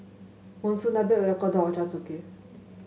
Monsunabe Oyakodon Ochazuke